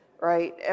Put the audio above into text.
right